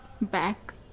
back